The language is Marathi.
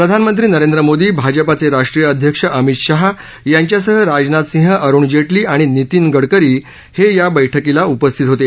प्रधानमंत्री नरेंद्र मोदी भाजपाचे राष्ट्रीय अध्यक्ष अमित शाह यांच्यासह राजनाथ सिंह अरुण जेक्री आणि नितीन गडकरी हे या बैठकीला उपस्थित होते